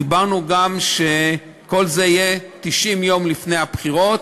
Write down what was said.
אמרנו גם שכל זה יהיה 90 יום לפני הבחירות,